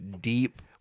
deep